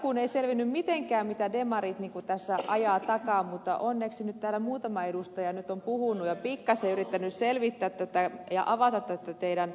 alkuun ei selvinnyt mitenkään mitä demarit tässä ajavat takaa mutta onneksi nyt täällä muutama edustaja on puhunut ja pikkasen yrittänyt selvittää ja avata tätä teidän asiaanne